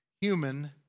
human